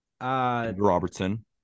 Robertson